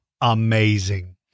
amazing